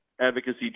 advocacy